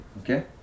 okay